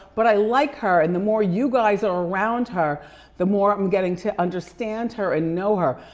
but i like her and the more you guys are around her the more i'm getting to understand her and know her.